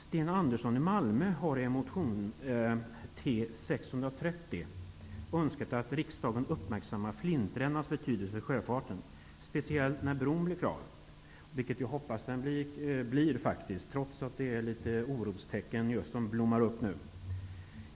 Sten Andersson i Malmö har i motion Flintrännans betydelse för sjöfarten, speciellt när Öresundsbron blir klar -- vilket jag hoppas skall ske, även om det just nu dyker upp en del orostecken.